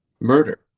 murder